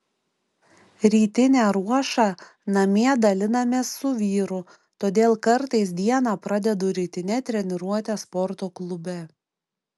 rytinę ruošą namie dalinamės su vyru todėl kartais dieną pradedu rytine treniruote sporto klube